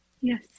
Yes